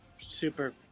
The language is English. super